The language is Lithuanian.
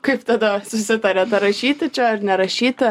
kaip tada susitariat ar rašyti čia ar nerašyti